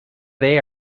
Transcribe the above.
they